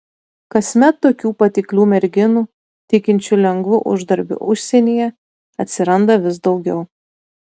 kasmet tokių patiklių merginų tikinčių lengvu uždarbiu užsienyje atsiranda vis daugiau